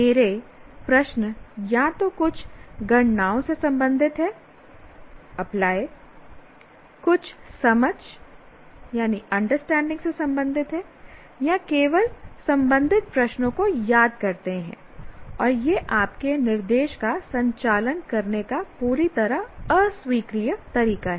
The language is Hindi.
मेरे प्रश्न या तो कुछ गणनाओं से संबंधित हैं अप्लाई कुछ समझ अंडरस्टैंडिंग से संबंधित हैं या केवल संबंधित प्रश्नों को याद करते हैं और यह आपके निर्देश का संचालन करने का पूरी तरह अस्वीकार्य तरीका है